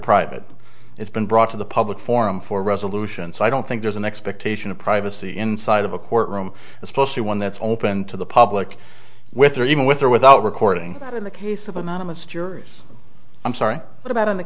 private it's been brought to the public forum for resolution so i don't think there's an expectation of privacy inside of a courtroom especially one that's open to the public with or even with or without recording in the case of i'm not a mysterious i'm sorry but about in the